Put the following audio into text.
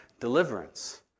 deliverance